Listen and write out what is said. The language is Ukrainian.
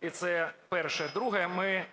і це перше. Друге. Ми